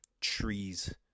trees